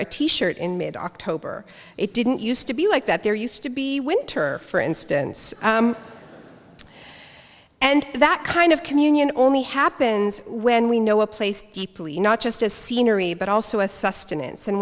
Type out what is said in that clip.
t shirt in mid october it didn't used to be like that there used to be winter for instance and that kind of communion only happens when we know a place deeply not just as scenery but also as sustenance and